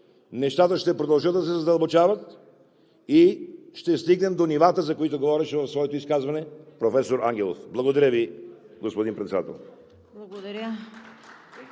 нещата ще продължат да се задълбочават и ще стигнем до нивàта, за които говореше в своето изказване професор Ангелов. Благодаря Ви, госпожо Председател.